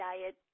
diet